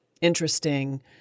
interesting